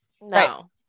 No